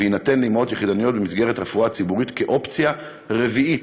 ויינתן לאימהות יחידניות במסגרת הרפואה הציבורית כאופציה רביעית.